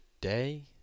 Day